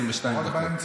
איתך.